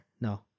no